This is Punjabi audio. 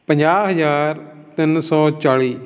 ਪੰਜਾਹ ਹਜ਼ਾਰ ਤਿੰਨ ਸੌ ਚਾਲੀ